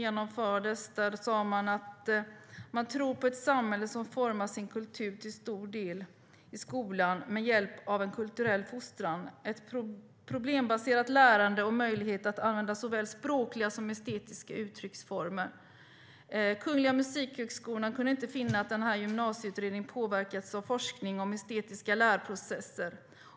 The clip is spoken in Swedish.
"KMH tror på ett samhälle som formar sin kultur till stor del i skolan, med hjälp av en kulturell fostran, ett problembaserat lärande och möjlighet att använda såväl språkliga som estetiska uttrycksformer. KMH kan inte finna att denna gymnasieutredning påverkats av forskning om estetiska lärprocesser.